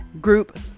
group